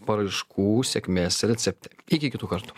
paraiškų sėkmės recepte iki kitų kartų